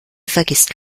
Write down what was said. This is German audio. vergisst